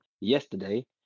yesterday